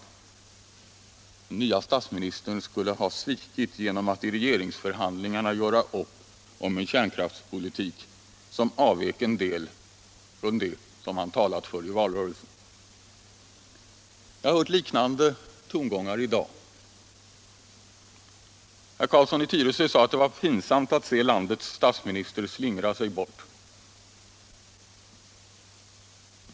Den nye statsministern skulle ha svikit genom att i regeringsförhandlingarna göra upp om en kärnkraftspolitik som avvek en del från det som han talat för i valrörelsen. Jag har hört liknande tongångar i dag. Herr Carlsson i Tyresö sade att det var pinsamt att se landets statsminister slingra sig bort.